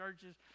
churches